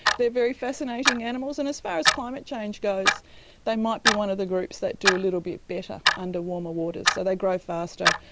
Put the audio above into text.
they're very fascinating animals, and as far as climate change goes they might be one of the groups that do a little bit better under warmer waters. so they grow faster,